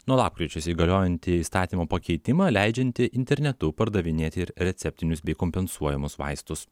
nuo lapkričio įsigaliojantį įstatymo pakeitimą leidžiantį internetu pardavinėti ir receptinius bei kompensuojamus vaistus